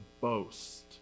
boast